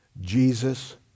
Jesus